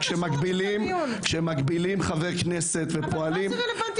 כשמגבילים חברי כנסת ופועלים,